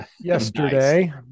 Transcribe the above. Yesterday